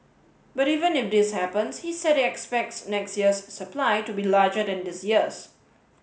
but even if this happens he said he expects next year's supply to be larger than this year's